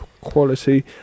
quality